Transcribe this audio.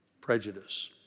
prejudice